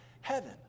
heaven